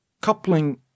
coupling